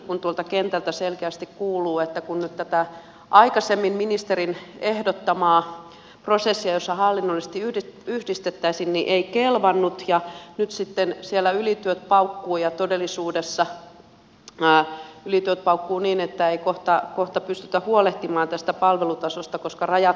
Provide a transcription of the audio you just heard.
kun tuolta kentältä selkeästi kuuluu että tämä ministerin aikaisemmin ehdottama prosessi jossa hallinnollisesti yhdistettäisiin ei kelvannut ja nyt sitten siellä todellisuudessa ylityöt paukkuvat niin että ei kohta pystytä huolehtimaan palvelutasosta koska rajat tulevat vastaan niin olisin kysynyt